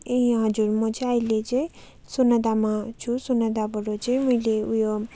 ए हजुर म चाहिँ अहिले चाहिँ सोनादामा छु सोनादाबाट चाहिँ मैले ऊ यो